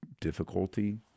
difficulty